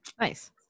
Nice